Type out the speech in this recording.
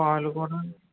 పాలు కూడా